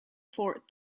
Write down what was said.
fort